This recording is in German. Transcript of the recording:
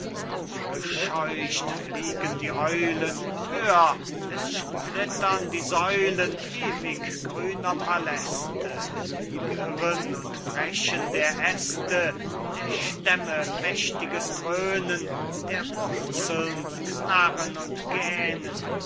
aufgescheucht fliegen die eulen hör es splittern die säulen ewig grüner palläste girren und brechen der aeste der stämme mächtiges dröhnen der wurzeln knarren und gähnen